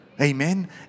Amen